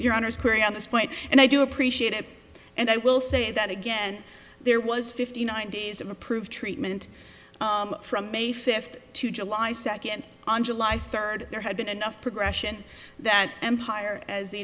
your honour's query on this point and i do appreciate it and i will say that again there was fifty nine days of approved treatment from may fifth to july second on july third there had been enough progression that empire as the